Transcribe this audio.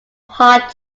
heart